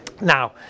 Now